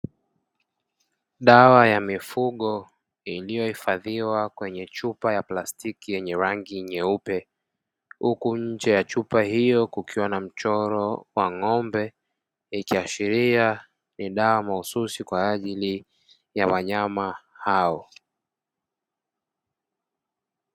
Dawa ya mifugo iliyohifadhiwa kwenye chupa ya plastiki yenye rangi nyeupe, huku nje ya chupa hiyo kukiwa na mchoro wa ng'ombe, ikiashiria ni dawa mahususi kwa ajili ya wanyama hao.